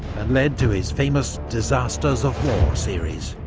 and led to his famous disasters of war series.